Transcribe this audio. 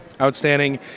Outstanding